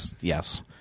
Yes